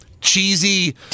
Cheesy